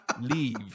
Leave